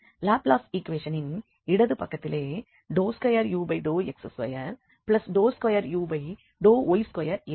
Laplace ஈக்குவேஷனின் இடது பக்கத்திலே 2ux22uy2 இருக்கும்